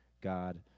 God